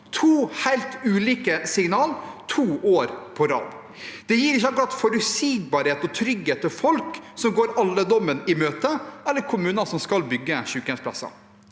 to helt ulike signaler to år på rad. Det gir ikke akkurat forutsigbarhet og trygghet til folk som går alderdommen i møte, eller til kommuner som skal bygge sykehjemsplasser.